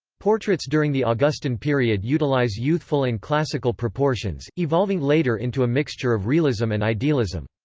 portraits during the augustan period utilize youthful and classical proportions, evolving later into a mixture of realism and idealism.